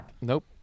Nope